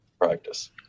practice